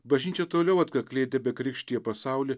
bažnyčia toliau atkakliai tebekrikštija pasaulį